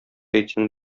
әйтсәң